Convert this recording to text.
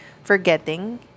forgetting